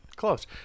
close